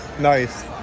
nice